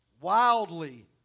wildly